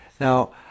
Now